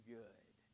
good